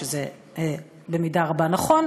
שזה במידה רבה נכון,